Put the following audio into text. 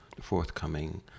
forthcoming